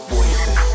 Voices